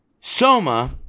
Soma